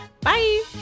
Bye